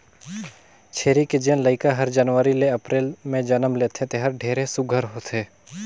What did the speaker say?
छेरी के जेन लइका हर जनवरी ले अपरेल में जनम लेथे तेहर ढेरे सुग्घर होथे